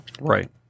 Right